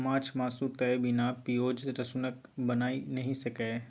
माछ मासु तए बिना पिओज रसुनक बनिए नहि सकैए